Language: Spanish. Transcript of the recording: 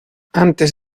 antes